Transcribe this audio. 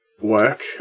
work